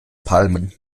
palmen